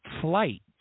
flight